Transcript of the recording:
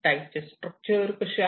tank structure कसे आहे